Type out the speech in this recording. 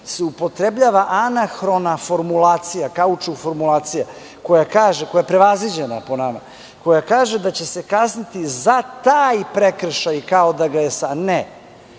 se upotrebljava anahrona formulacija kaučuk formulacija, koja kaže, koja je prevaziđena po nama, koja kaže – da će se kazniti za taj prekršaj kao da ga je sada. ..